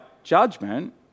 judgment